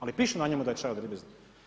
Ali piše na njemu da je čaj od ribizla.